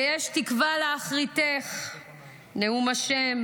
ויש תקווה לאחריתך נאם ה'